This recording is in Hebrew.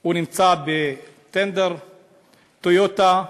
הוא נמצא בטנדר "טויוטה"